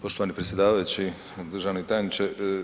Poštovani predsjedavajući, državni tajniče.